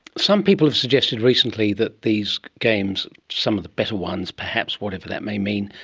some people have suggested recently that these games, some of the better ones perhaps, whatever that may mean,